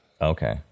Okay